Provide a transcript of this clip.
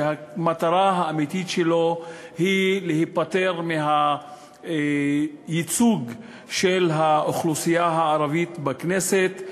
שהמטרה האמיתית שלו היא להיפטר מהייצוג של האוכלוסייה הערבית בכנסת.